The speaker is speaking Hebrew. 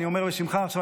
אני אומר בשמך עכשיו,